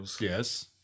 Yes